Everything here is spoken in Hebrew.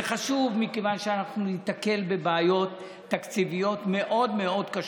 זה חשוב מכיוון שאנחנו ניתקל בבעיות תקציביות מאוד מאוד קשות.